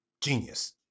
genius